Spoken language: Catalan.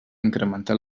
incrementar